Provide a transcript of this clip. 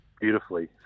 beautifully